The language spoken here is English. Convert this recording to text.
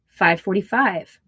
545